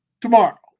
tomorrow